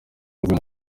rw’uyu